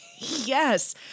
Yes